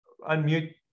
unmute